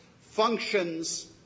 functions